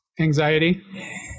anxiety